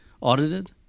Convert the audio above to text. audited